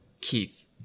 Keith